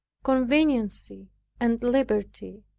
conveniency and liberty.